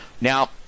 Now